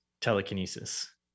telekinesis